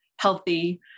healthy